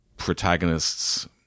protagonists